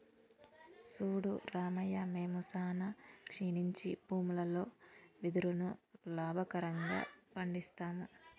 సూడు రామయ్య మేము సానా క్షీణించి భూములలో వెదురును లాభకరంగా పండిస్తాము